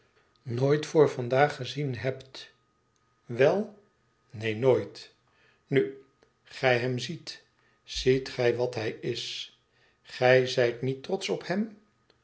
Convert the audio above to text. nooit vr vandaag gezien hebt wel t neen nooit nu gij hem ziet ziet gij wat hij is gij zijt niet trotsch op hem